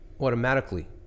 automatically